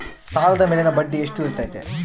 ಸಾಲದ ಮೇಲಿನ ಬಡ್ಡಿ ಎಷ್ಟು ಇರ್ತೈತೆ?